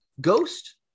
ghost